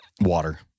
Water